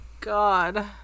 God